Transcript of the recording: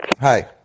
Hi